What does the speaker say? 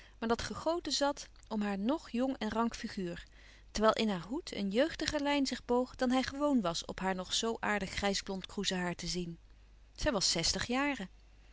maar dat gegoten zat om haar ng jong en rank figuur terwijl in haar hoed een jeugdiger lijn zich boog dan hij gewoon was op haar nog zoo aardig grijsblond kroezehaar te zien zij was zestig jaren